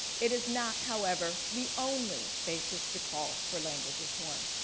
it is not, however, the only basis to call for language reform.